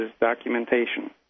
documentation